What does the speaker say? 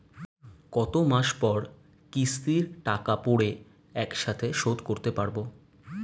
কত মাস পর কিস্তির টাকা পড়ে একসাথে শোধ করতে পারবো?